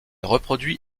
reproduit